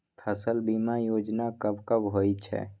फसल बीमा योजना कब कब होय छै?